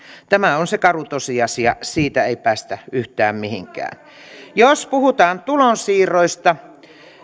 tämä on se karu tosiasia siitä ei päästä yhtään mihinkään jos puhutaan tulonsiirroista